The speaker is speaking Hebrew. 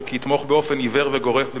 כי יתמוך באופן עיוור וגורף במדיניותה,